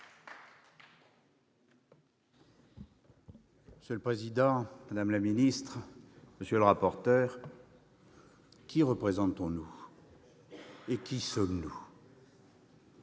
Monsieur le président, madame la ministre, monsieur le rapporteur, qui représentons-nous ? Qui sommes-nous ?